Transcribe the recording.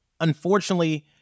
Unfortunately